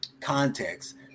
context